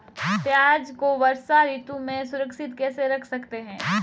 प्याज़ को वर्षा ऋतु में सुरक्षित कैसे रख सकते हैं?